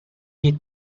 gli